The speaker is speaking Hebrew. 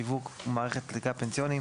שיווק ומערכת סליקה פנסיוניים),